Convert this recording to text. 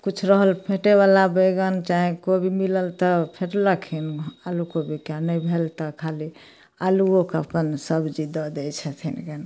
किछु रहल फेँटेबला बैगन चाहे कोबी मिलल तऽ फेँटलखिन आलू कोबीके आ नहि भेल तऽ खाली अल्लुओके अपन सब्जी दऽ दै छथिन जानु